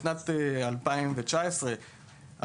בשנת 2019,